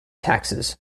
taxes